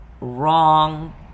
wrong